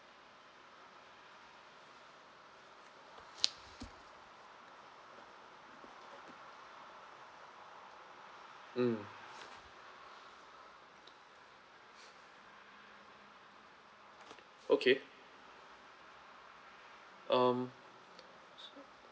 mm okay um